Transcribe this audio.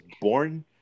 born